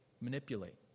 Manipulate